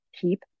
keep